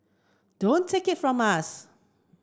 don't take it from us